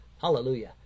Hallelujah